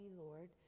Lord